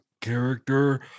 character